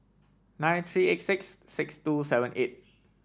nine three eight six six two seven eight